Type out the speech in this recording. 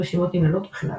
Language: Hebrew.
רשימות נגללות וכן הלאה.